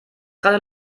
gerade